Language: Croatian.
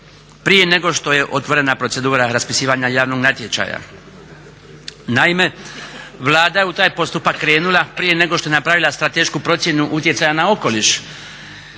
prije nego što je otvorena procedura raspisivanja javnog natječaja. Naime, Vlada je u taj postupak krenula prije nego što je napravila stratešku procjenu utjecaja na okoliš